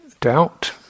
doubt